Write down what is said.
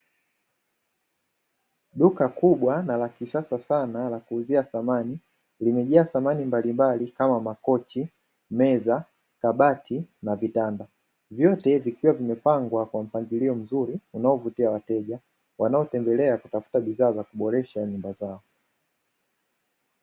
Duka kubwa na la kisasa sana la kuuzia samani, limejaa samani mbalimbali kama; makochi, meza, kabati na vitanda, vyote vikiwa vimepangwa kwa mpangilio mzuri unaovutia wateja, wanaotembelea kutafuta bidhaa za kuboresha nyumba zao.